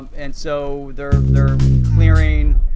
and so they're they're clearing,